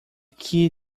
key